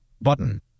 button